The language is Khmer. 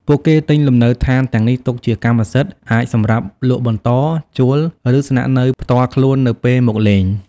ពួកគេទិញលំនៅឋានទាំងនេះទុកជាកម្មសិទ្ធិ អាចសម្រាប់លក់បន្ត ជួល ឬស្នាក់នៅផ្ទាល់ខ្លួននៅពេលមកលេង។